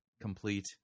complete